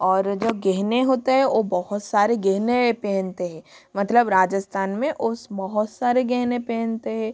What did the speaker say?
ओर जो गहने होता है वो बहुत सारे गहने पहनते है मतलब राजस्थान में वो बहुत सारे गहने पहनते हैं